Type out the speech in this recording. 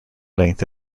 length